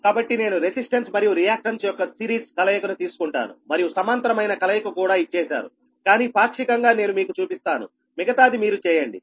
కాబట్టి నేను రెసిస్టెన్స్ మరియు రియాక్టన్స్ యొక్క సిరీస్ కలయికను తీసుకుంటాను మరియు సమాంతరమైన కలయిక కూడా ఇచ్చేశారుకానీ పాక్షికంగా నేను మీకు చూపిస్తాను మిగతాది మీరు చేయండి